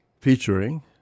featuring